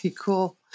cool